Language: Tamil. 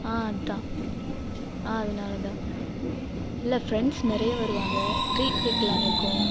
ஆ அதுதான் ஆ அதனாலதான் இல்லை ஃப்ரெண்ட்ஸ் நிறைய வருவாங்க ட்ரீட் வைக்கலான்னு இருக்கோம்